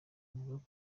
avuga